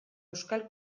euskal